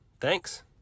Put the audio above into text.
Thanks